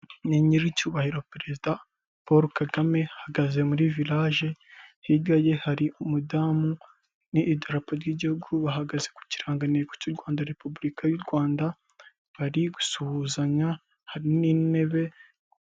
Ni nyiricyubahiro perezida Paul Kagame ahagaze muri vilage, hirya ye hari umudamu n'idorapo ry'igihugu bahagaze kirangantego cy'u Rwanda. Repubulika y'u Rwanda bari gusuhuzanya hari n'intebe.